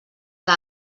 que